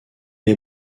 est